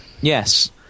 Yes